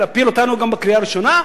להפיל אותנו גם בקריאה ראשונה,